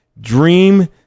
Dream